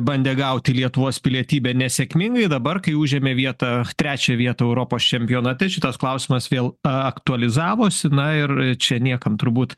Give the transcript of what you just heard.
bandė gauti lietuvos pilietybę nesėkmingai dabar kai užėmė vietą trečią vietą europos čempionate šitas klausimas vėl aktualizavosi na ir čia niekam turbūt